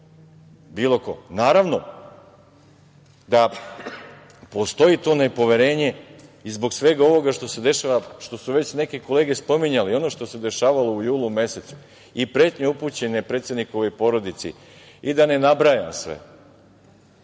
bilo ko. Naravno da postoji to nepoverenje i zbog svega ovoga što se dešava, što su već neke kolege spominjale, i ono što se dešavalo u julu mesecu i pretnje upućene predsednikovoj porodici i da ne nabrajam sve.